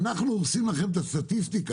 אנחנו הורסים לכם את הסטטיסטיקה.